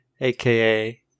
aka